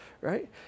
Right